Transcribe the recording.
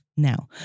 Now